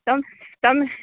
તમ તમે